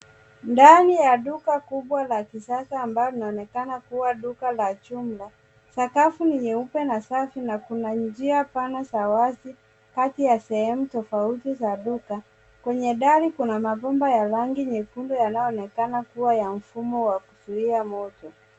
Ndani ya duka kubwa la kisasa ambalo linaonekana kuwa duka la jumla. Sakafu ni nyeupe na safi na kuna njia pana za wazi kati ya sehemu tofauti za duka. Kwenye dari kuna mabomba ya rangi nyekundu yanayoonekana kuwa ya mfumo wa kuzuia moto.